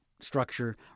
structure